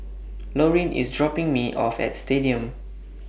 Lorin IS dropping Me off At Stadium